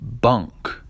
bunk